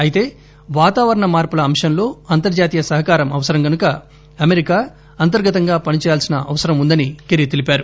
అయితే వాతావరణ మార్పుల అంశంలో అంతర్హాతీయ సహకారం అవసరం గనుక అమెరికా అంతర్దతంగా చేయాల్సిన పని ఉందని కెర్రీ తెలిపారు